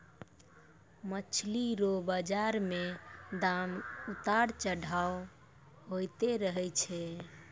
मछली रो बाजार मे दाम उतार चढ़ाव होते रहै छै